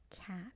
cat